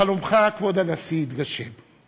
חלומך, כבוד הנשיא, התגשם.